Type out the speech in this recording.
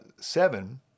seven